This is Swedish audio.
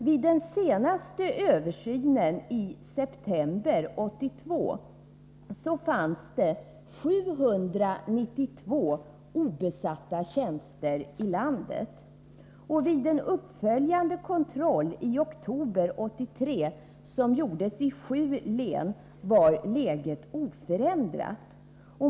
Vid den senaste översynen i september 1982 fanns det 792 obesatta tjänster i landet. Vid en uppföljande kontroll i oktober 1983 som gjordes i sju län var läget oförändrat.